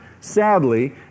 Sadly